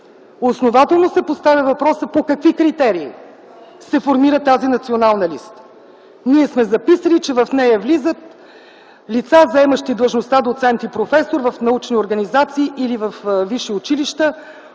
Основателно се поставя въпросът: по какви критерии се формира тази Национална листа? Ние сме записали, че в нея влизат лица, заемащи длъжността доцент и професор в научни организации или във висши училища,